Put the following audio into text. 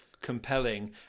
compelling